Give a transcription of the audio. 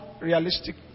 realistic